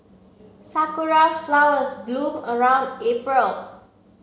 Sakura flowers bloom around April